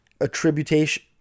attribution